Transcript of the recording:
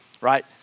right